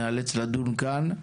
ניאלץ לדון כאן.